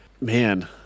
man